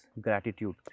gratitude